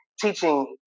teaching